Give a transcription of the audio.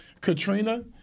Katrina